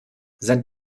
sein